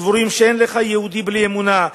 סבורים שאין לך יהודי בלי אמונה,